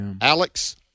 Alex